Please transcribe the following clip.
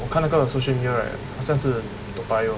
我看那个 social media right 好像是 toa payoh